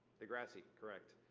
degrassi, correct.